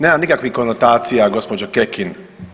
Nemam nikakvih konotacija gospođo Kekin.